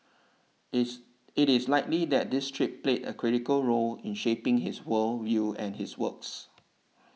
is it is likely that this trip played a critical role in shaping his world view and his works